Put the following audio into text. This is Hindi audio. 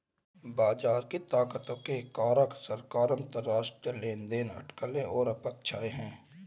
बाजार की ताकतों के कारक सरकार, अंतरराष्ट्रीय लेनदेन, अटकलें और अपेक्षाएं हैं